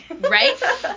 right